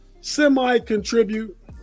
semi-contribute